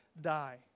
die